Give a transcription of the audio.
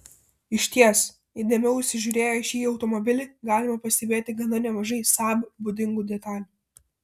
išties įdėmiau įsižiūrėję į šį automobilį galime pastebėti gana nemažai saab būdingų detalių